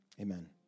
Amen